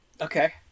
Okay